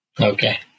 Okay